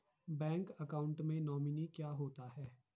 Bank account में nominee क्या होता है?